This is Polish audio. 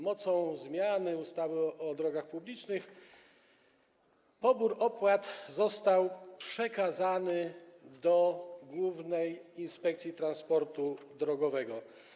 Mocą zmiany ustawy o drogach publicznych pobór opłat został przekazany Głównemu Inspektoratowi Transportu Drogowego.